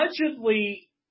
allegedly